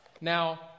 Now